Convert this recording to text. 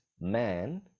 man